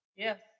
Yes